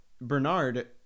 bernard